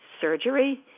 surgery